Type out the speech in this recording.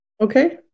Okay